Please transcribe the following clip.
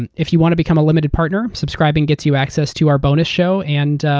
and if you want to become a limited partner, subscribing gets you access to our bonus show and,